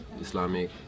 Islamic